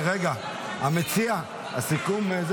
המציע, מה הסיכום?